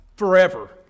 forever